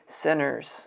sinners